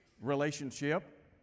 relationship